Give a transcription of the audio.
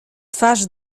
twarz